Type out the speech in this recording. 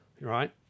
right